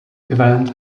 event